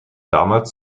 damals